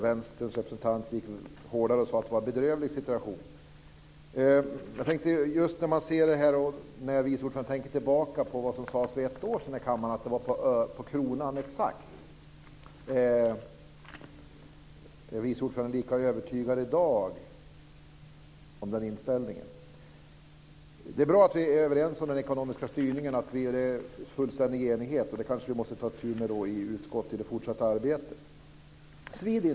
Vänsterns representant gick lite hårdare fram och sade att det var en bedrövlig situation. Om vice ordföranden tänker tillbaka på det som sades för ett år sedan i kammaren om att det var på kronan exakt, är hon då lika övertygad om detta i dag? Det är bra att vi är överens om den ekonomiska styrningen och att det råder fullständig enighet. Vi måste kanske ta itu med detta i det fortsatta arbetet i utskottet.